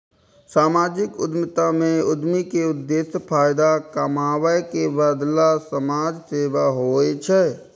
सामाजिक उद्यमिता मे उद्यमी के उद्देश्य फायदा कमाबै के बदला समाज सेवा होइ छै